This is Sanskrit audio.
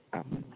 आम्